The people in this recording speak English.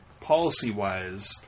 policy-wise